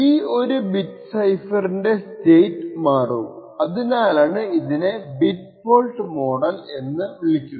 ഈ ഒരു ബിറ്റ് സൈഫറിന്റെ സ്റ്റേറ്റ് മറ്റും അതിനാലാണ് ഇതിനെ ബിറ്റ് ഫോൾട്ട് മോഡൽ എന്ന വിളിക്കുന്നത്